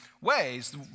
ways